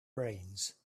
brains